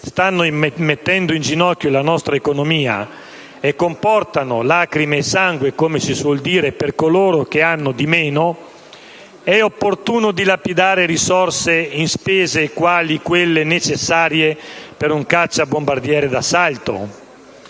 stanno mettendo in ginocchio la nostra economia e comportano lacrime e sangue - come si suol dire - per coloro che hanno di meno, è opportuno dilapidare risorse in spese quali quelle necessarie per un cacciabombardiere d'assalto?